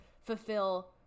fulfill